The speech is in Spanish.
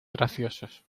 graciosos